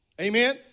Amen